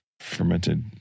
fermented